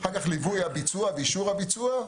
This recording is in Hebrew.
ליווי הביצוע ואישור הביצוע,